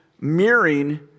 mirroring